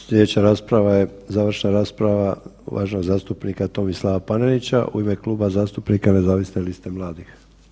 Slijedeća rasprava je završna rasprava uvaženog zastupnika Tomislava Panenića u ime Kluba zastupnika Nezavisne liste mladih.